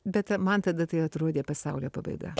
bet man tada tai atrodė pasaulio pabaiga